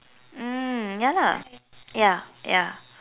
mm ya lah ya ya